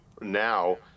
now